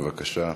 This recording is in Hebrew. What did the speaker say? בבקשה.